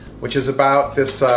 which is about this,